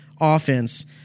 offense